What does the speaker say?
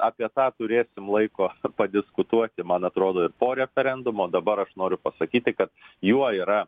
apie tą turėsim laiko padiskutuoti man atrodo ir po referendumo dabar aš noriu pasakyti kad juo yra